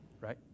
right